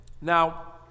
Now